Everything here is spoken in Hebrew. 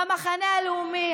במחנה הלאומי,